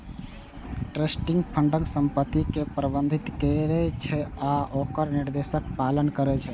trustee फंडक संपत्ति कें प्रबंधित करै छै आ ओकर निर्देशक पालन करै छै